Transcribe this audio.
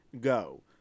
go